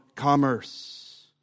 commerce